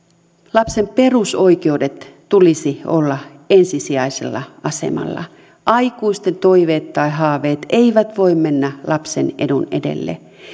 lapsen perusoikeuksien tulisi olla ensisijaisella asemalla aikuisten toiveet tai haaveet eivät voi mennä lapsen edun edelle